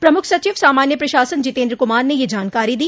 प्रमुख सचिव सामान्य प्रशासन जितेन्द्र कुमार ने यह जानकारी दी